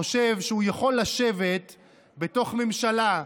הוא חושב שהוא יכול לשבת בתוך ממשלה,